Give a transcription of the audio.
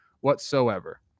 whatsoever